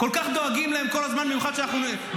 כל כך דואגים להם כל הזמן, במיוחד כשאנחנו במלחמה.